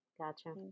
Gotcha